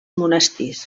monestirs